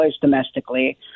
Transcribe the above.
domestically